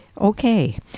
Okay